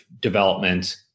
development